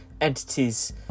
entities